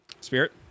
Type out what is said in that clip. Spirit